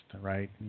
right